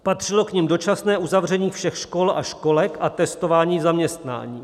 Patřilo k nim dočasné uzavření všech škol a školek a testování v zaměstnání.